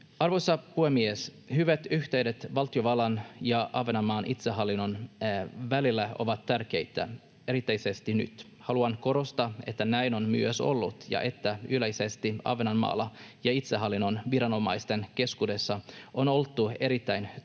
Arvoisa puhemies! Hyvät yhteydet valtiovallan ja Ahvenanmaan itsehallinnon välillä ovat tärkeitä, erityisesti nyt. Haluan korostaa, että näin on myös ollut ja että yleisesti Ahvenanmaalla ja itsehallinnon viranomaisten keskuudessa on oltu erittäin